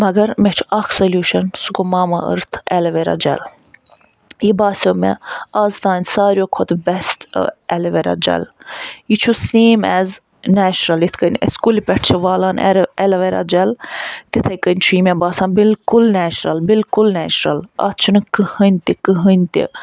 مگر مےٚ چھُ اکھ سوٚلیوشَن سُہ گوٚو ماما أرتھ ایلویرا جَل یہِ باسٮ۪و مےٚ اَز تانۍ سارویو کھۄتہٕ بیٚسٹہٕ ایلویرا جَل یہِ چھُ سیم ایز نیچرَل یِتھٕ کٔنۍ أسۍ کُلہِ پٮ۪ٹھ چھِ والان ار ایلویرا جَل تِتھٕے کٔنۍ چھُ مےٚ یہِ باسان بِلکُل نیچرَل بِلکُل نیچرَل اَتھ چھُ نہٕ کٕہٕنۍ تہِ کٕہٕنۍ تہِ